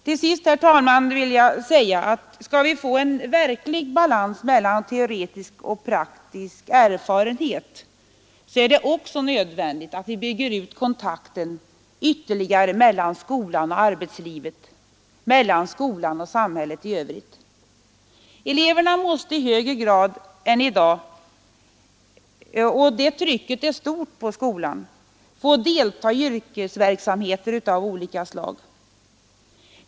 Till sist, herr talman, vill jag säga att om vi skall få en verklig balans mellan teoretisk och praktisk erfarenhet, är det också nödvändigt att vi ytterligare bygger ut kontakterna mellan skolan och arbetslivet och mellan skolan och samhället i övrigt. Eleverna måste i högre grad än i dag — och det trycket på skolan är stort — få delta i yrkesverksamheter av olika slag.